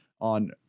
on